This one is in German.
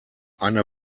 eine